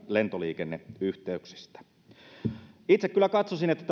lentoliikenneyhteyksistä itse kyllä katsoisin että